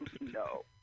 No